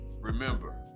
remember